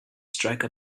strike